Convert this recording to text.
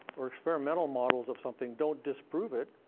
or experimental models of something, don't disprove it.